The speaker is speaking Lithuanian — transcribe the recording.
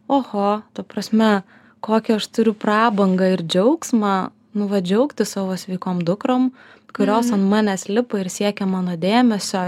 oho ta prasme kokią aš turiu prabangą ir džiaugsmą nu va džiaugtis savo sveikom dukrom kurios ant manęs lipa ir siekia mano dėmesio